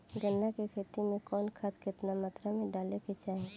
गन्ना के खेती में कवन खाद केतना मात्रा में डाले के चाही?